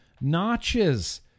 notches